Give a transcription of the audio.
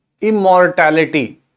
immortality